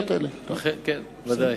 אכן כן, ודאי.